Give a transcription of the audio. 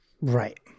Right